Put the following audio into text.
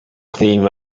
theme